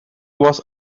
was